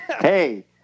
Hey